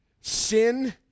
Sin